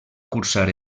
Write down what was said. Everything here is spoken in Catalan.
cursar